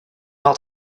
not